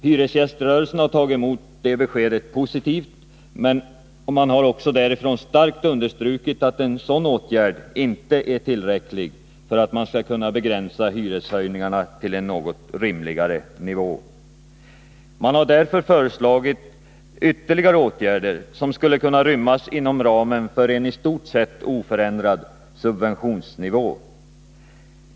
Hyresgäströrelsen har tagit emot detta besked positivt men också starkt understrukit att en sådan åtgärd inte är tillräcklig för att man skall kunna begränsa hyreshöjningarna till en något rimligare nivå. Man har därför föreslagit ytterligare åtgärder, som skulle kunna rymmas inom ramen för en istort sett oförändrad subventionsnivå.